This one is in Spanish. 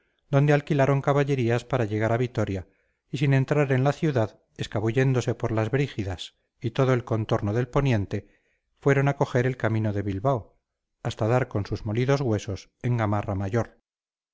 donde alquilaron caballerías para llegar a vitoria y sin entrar en la ciudad escabulléndose por las brígidas y todo el contorno de poniente fueron a coger el camino de bilbao hasta dar con sus molidos huesos en gamarra mayor